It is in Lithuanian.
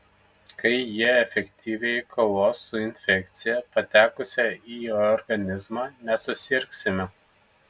kai jie efektyviai kovos su infekcija patekusia į organizmą nesusirgsime